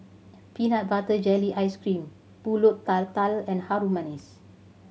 peanut butter jelly ice cream Pulut Tatal and Harum Manis